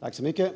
Herr talman!